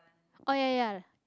oh ya ya ya